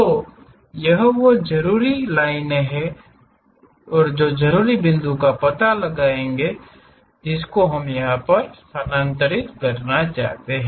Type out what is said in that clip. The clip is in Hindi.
तो यह वो जरूरी लाइनों की तरह है और जो बिन्दु का पता लगाने जाएगा जिसे हम इसे स्थानांतरित करना चाहते हैं